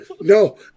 No